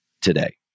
today